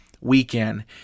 weekend